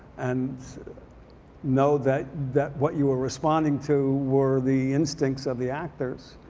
and know that that what you were responding to were the instincts of the actors